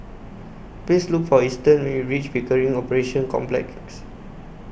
Please Look For Easton when YOU REACH Pickering Operations Complex